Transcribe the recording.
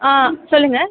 ஆ சொல்லுங்கள்